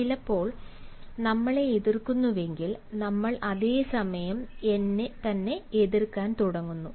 ചിലപ്പോൾ നമ്മളെ എതിർക്കുന്നുവെങ്കിൽ നമ്മൾ അതേ സമയം തന്നെ എതിർക്കാൻ തുടങ്ങുന്നു